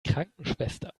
krankenschwester